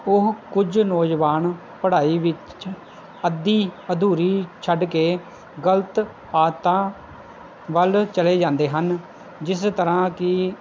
ਉਹ ਕੁਝ ਨੌਜਵਾਨ ਪੜ੍ਹਾਈ ਵਿੱਚ ਅੱਧੀ ਅਧੂਰੀ ਛੱਡ ਕੇ ਗਲਤ ਆਦਤਾਂ ਵੱਲ ਚਲੇ ਜਾਂਦੇ ਹਨ ਜਿਸ ਤਰ੍ਹਾਂ ਕਿ